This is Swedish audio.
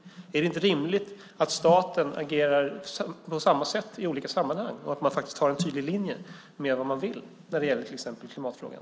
Är det inte rimligt att staten agerar på samma sätt i olika sammanhang och har en tydlig linje med vad man vill när det gäller till exempel klimatfrågan?